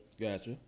Gotcha